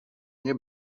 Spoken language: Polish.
nie